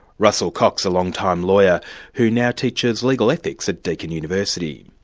russell cocks, a long-time lawyer who now teaches legal ethics at deakin university.